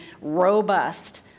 robust